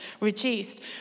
reduced